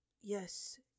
yes